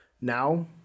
now